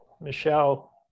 Michelle